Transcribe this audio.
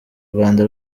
rwanda